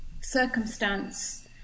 circumstance